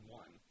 one